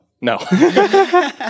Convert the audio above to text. No